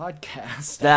podcast